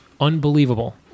unbelievable